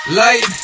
light